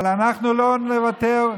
אבל אנחנו לא נוותר,